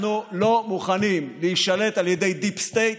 אנחנו לא מוכנים להישלט על ידי דיפ סטייט.